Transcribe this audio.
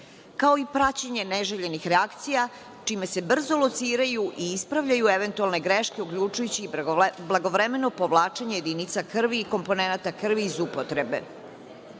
kao i praćenje neželjenih reakcija, čime se brzo lociraju i ispravljaju eventualne greške, uključujući i blagovremeno povlačenje jedinica krvi i komponenata krvi iz upotrebe.Za